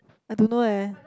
I don't know leh